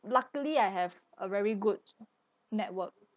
luckily I have a very good network